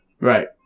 Right